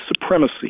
supremacy